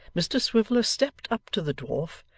mr swiveller stepped up to the dwarf,